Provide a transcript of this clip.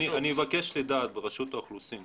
אני אבקש לדעת ברשות האוכלוסין,